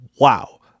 wow